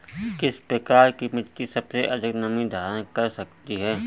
किस प्रकार की मिट्टी सबसे अधिक नमी धारण कर सकती है?